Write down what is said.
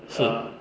是